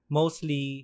mostly